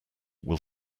will